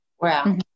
Wow